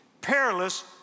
perilous